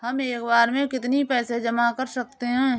हम एक बार में कितनी पैसे जमा कर सकते हैं?